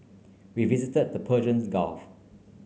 we visited the Persian Gulf